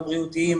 הבריאותיים,